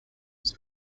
was